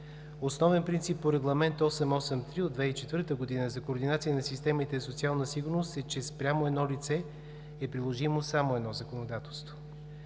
Основен принцип в Регламент 883 от 2004 г. за координация на системите за социална сигурност е, че спрямо едно лице е приложимо само едно законодателство.